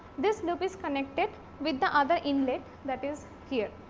this loop is connected with the other inlet that is here.